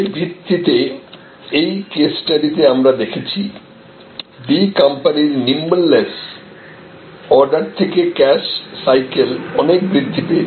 এর ভিত্তিতে এই কেস স্টাডিতে আমরা দেখেছি D কোম্পানির নিম্বলনেস অর্ডার থেকে ক্যাশ সাইকেল অনেক বৃদ্ধি পেয়েছে